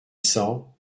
cents